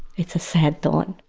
it's a sad thought.